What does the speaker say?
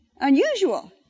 unusual